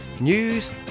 news